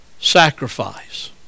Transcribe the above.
sacrifice